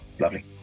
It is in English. Lovely